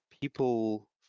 people